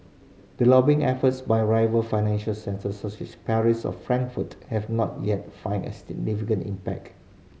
the lobbying efforts by rival financial centres such as Paris or Frankfurt have not yet find a significant impact